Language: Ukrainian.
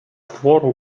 твору